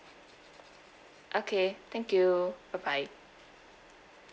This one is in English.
okay thank you bye bye